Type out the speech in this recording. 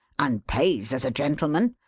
and pays as a gentleman,